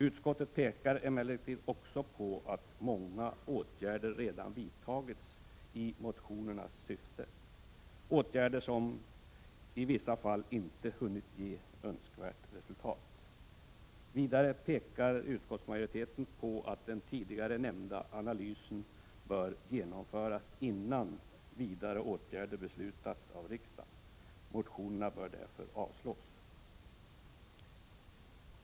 Utskottet pekar emellertid också på att många åtgärder redan har vidtagits i detta syfte, åtgärder som i vissa fall inte hunnit ge önskvärt resultat. Vidare pekar utskottsmajoriteten på att den tidigare nämnda analysen bör genomföras innan vidare åtgärder beslutas av riksdagen. Motionerna bör därför avslås.